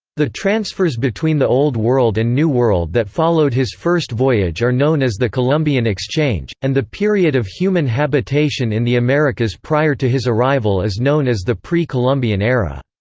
the transfers between the old world and new world that followed his first voyage are known as the columbian exchange, and the period of human habitation in the americas prior to his arrival is known as the pre-columbian era.